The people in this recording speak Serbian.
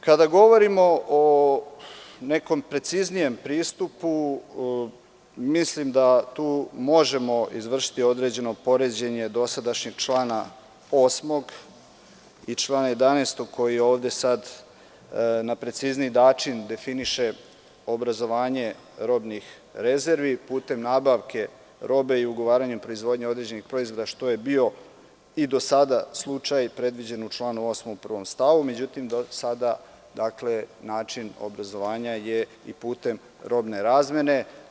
Kada govorimo o nekom preciznijem pristupu, mislim da tu možemo izvršiti određeno poređenje dosadašnjeg člana 8. i člana 11. koji ovde na precizniji način definiše obrazovanje robnih rezervi putem nabavke robe i ugovaranjem proizvodnje određenih proizvoda, što je bio i do sada slučaj predviđen u članu 8. u stavu 1. Međutim, do sada način obrazovanja je i putem robne razmene.